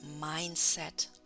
mindset